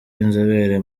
inzobere